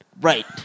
right